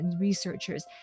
researchers